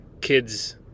kids